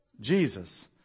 Jesus